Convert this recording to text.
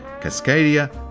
Cascadia